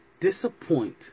Disappoint